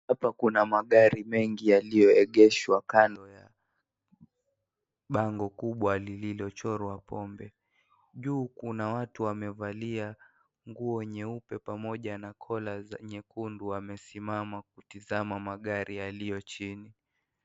Hapa kuna magari mengi yaliyoegeshwa kando ya bango kubwa lililochorwa pombe, juu kuna watu wamevalia nguo nyeupe pamoja na kola za nyekundu wamesimama kutizama magari yaliyo chini.